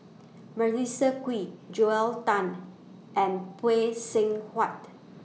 Melissa Kwee Joel Tan and Phay Seng Whatt